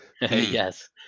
Yes